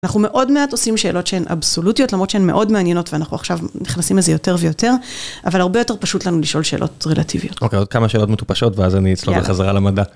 אנחנו מאוד מעט עושים שאלות שהן אבסולוטיות למרות שהן מאוד מעניינות ואנחנו עכשיו נכנסים לזה יותר ויותר אבל הרבה יותר פשוט לנו לשאול שאלות רלטיביות. אוקיי עוד כמה שאלות מטופשות ואז אני אצלול בחזרה למדע.